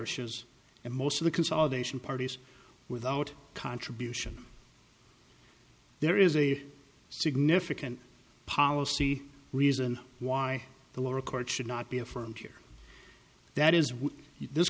ishes and most of the consolidation parties without contribution there is a significant policy reason why the lower court should not be affirmed here that is